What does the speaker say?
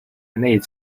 内战